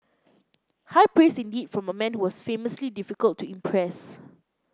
high praise indeed from a man who was famously difficult to impress